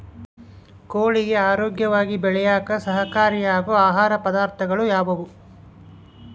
ಕೋಳಿಗೆ ಆರೋಗ್ಯವಾಗಿ ಬೆಳೆಯಾಕ ಸಹಕಾರಿಯಾಗೋ ಆಹಾರ ಪದಾರ್ಥಗಳು ಯಾವುವು?